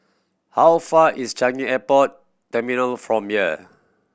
how far is Changi Airport Terminal from here